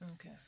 Okay